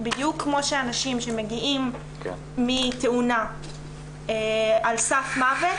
בדיוק כמו שאנשים שמגיעים מתאונה על סף מוות,